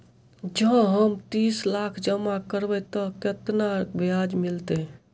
जँ हम तीस लाख जमा करबै तऽ केतना ब्याज मिलतै?